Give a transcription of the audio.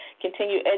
continue